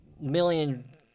million